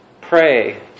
Pray